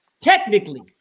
technically